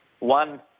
One